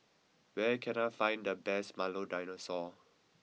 where can I find the best Milo Dinosaur